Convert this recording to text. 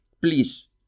please